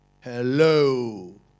Hello